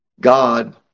God